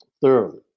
Thoroughly